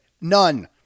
None